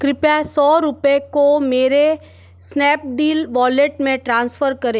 कृपया सौ रुपए को मेरे स्नैपडील वॉलेट में ट्रांसफ़र करें